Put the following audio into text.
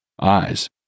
eyes